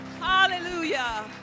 Hallelujah